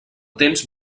temps